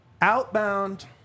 outbound